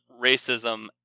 racism